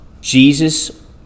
Jesus